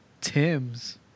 tim's